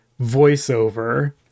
voiceover